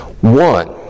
One